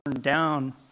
down